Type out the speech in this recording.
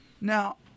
Now